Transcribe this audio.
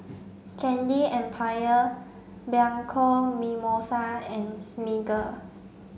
Candy Empire Bianco Mimosa and Smiggle